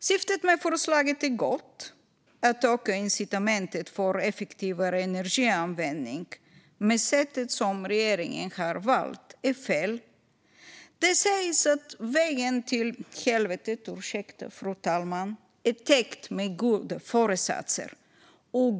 Syftet med förslaget är gott, att öka incitamentet för effektivare energianvändning, men sättet som regeringen har valt är fel. Det sägs att vägen till helvetet - ursäkta, fru talman - är täckt med goda föresatser.